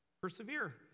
Persevere